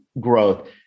growth